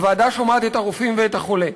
הוועדה שומעת את הרופאים ואת החולה.